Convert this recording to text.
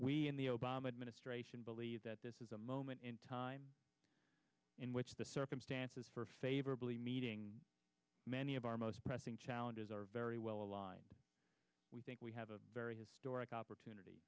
we in the obama administration believe that this is a mo in time in which the circumstances for favorably meeting many of our most pressing challenges are very well aligned we think we have a very historic opportunit